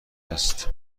است